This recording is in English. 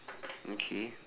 mm K